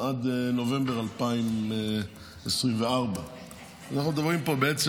הם עד נובמבר 2024. אנחנו מדברים פה בעצם